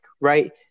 right